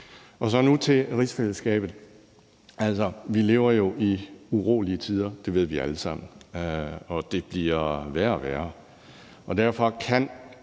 det. Nu til rigsfællesskabet: Vi lever jo i urolige tider – det ved vi alle sammen – og det bliver værre og værre. Derfor kan